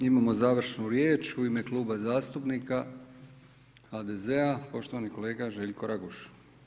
Imamo završnu riječ, u ime Kluba zastupnika HDZ-a poštovani kolega Željko Raguž.